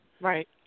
Right